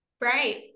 right